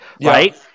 right